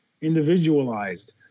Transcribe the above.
individualized